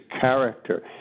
character